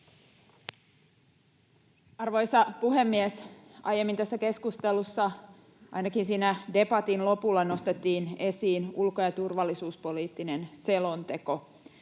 Arvoisa puhemies! Aiemmin tässä keskustelussa ainakin siinä debatin lopulla nostettiin esiin ulko‑ ja turvallisuuspoliittinen selonteko.